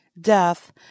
Death